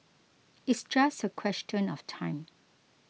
it's just a question of time